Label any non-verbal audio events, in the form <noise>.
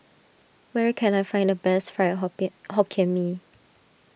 where can I find the best Fried <unintelligible> Hokkien Mee